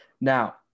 Now